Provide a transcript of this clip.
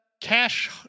Cash